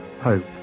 hope